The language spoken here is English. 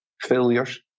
failures